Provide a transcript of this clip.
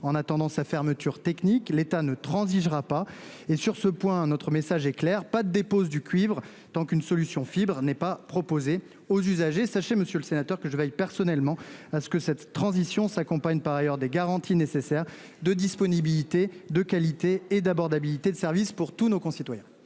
en attendant sa fermeture technique. L'État ne transigera pas et sur ce point, notre message est clair pas dépose du cuivre tant qu'une solution fibre n'est pas proposé aux usagers. Sachez monsieur le sénateur que je veille personnellement à ce que cette transition s'accompagne par ailleurs des garanties nécessaires de disponibilité de qualité et d'abord d'habiliter de service pour tous nos concitoyens.